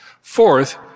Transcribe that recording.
Fourth